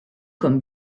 comme